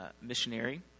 missionary